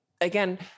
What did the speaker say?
Again